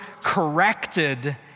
corrected